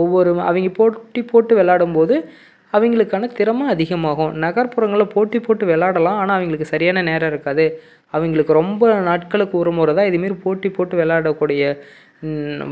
ஒவ்வொரு அவங்க போட்டி போட்டு விளாடும் போது அவங்களுக்கான திறமை அதிகமாகும் நகர்ப்புறங்களில் போட்டி போட்டு விளாடலாம் ஆனால் அவங்களுக்கு சரியான நேரம் இருக்காது அவங்களுக்கு ரொம்ப நாட்களுக்கு ஒரு முறை தான் இதே மாரி போட்டி போட்டு விளாடக்கூடிய